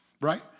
right